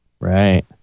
Right